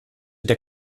der